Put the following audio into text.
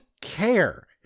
care